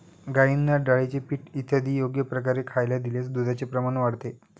गाईंना डाळीचे पीठ इत्यादी योग्य प्रकारे खायला दिल्यास दुधाचे प्रमाण वाढते